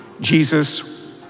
Jesus